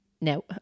now